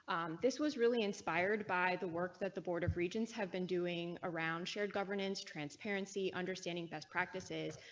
this was really inspired by the work that the board of regents have been doing around shared governance transparency understanding best practices.